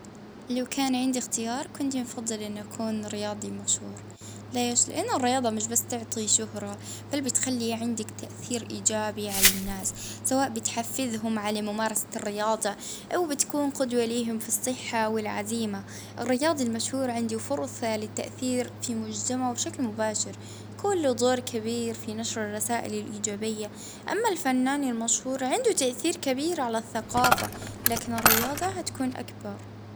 اه نفضل نتلاجى مع فنان مشهور علي رياضي، اه لأن الفن اه يعيش أكثر.